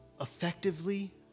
effectively